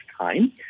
time